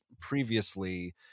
previously